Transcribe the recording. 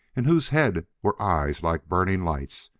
in whose head were eyes like burning lights,